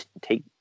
take